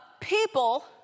people